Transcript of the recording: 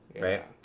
Right